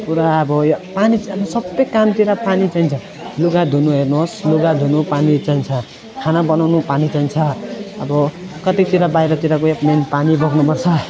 पुरा अब यो पानी चाहिँ अहिले सब कामतिर पानी चाहिन्छ लुगा धुनु हेर्नु होस् लुगा धुनु पानी चाहिन्छ खाना बनाउनु पानी चाहिन्छ अब कतैतिर बाहिरतिर गयो भयो मेन पानी बोक्नु पर्छ